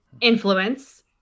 influence